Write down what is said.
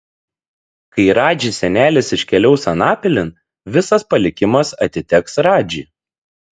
kai radži senelis iškeliaus anapilin visas palikimas atiteks radži